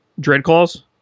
Dreadclaws